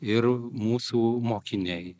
ir mūsų mokiniai